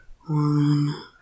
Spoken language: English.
One